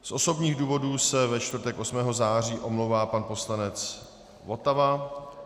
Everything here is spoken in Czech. Z osobních důvodů se ve čtvrtek 8. září omlouvá pan poslanec Votava.